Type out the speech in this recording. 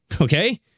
okay